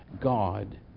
God